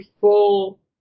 full